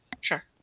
Sure